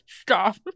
Stop